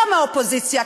לא מהאופוזיציה,